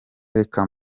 reka